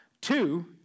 Two